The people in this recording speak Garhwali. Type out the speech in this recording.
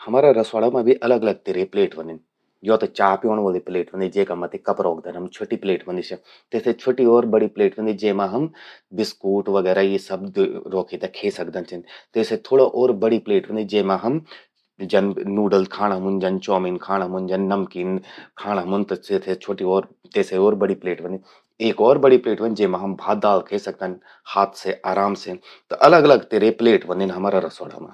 हमरा रस्वणा मां भी अलग अलग तिरे प्लेट व्हंदिन। यो त चा प्योण वलि प्लेट वंदि, जेका मथि कप रौखदन हम, छ्वोटि प्लेट व्हंदि स्या। । तेसे छ्वोटि और बड़ि प्लेट भी व्हंदिन, जेमा हम बिस्कूट वगैरा यि सब रौखि ते खे सकदन छिन। तेसे थोड़ि ओर बड़ि प्लेट व्हंदि, जेमा हम, जन नूडल्स खाण हमुन, चाउमिन खाण, जन नमकीन खाण हमुन त तेसे और छ्वटि और बड़ि प्लेट व्हंदिन। एक और बड़ि प्लेट व्हंदि, जेमा हम भात दाल खे सकदन हाथ से आराम से। त अलग अलग तिरे प्लेट व्हंदिन हमरा रस्वड़ा मां।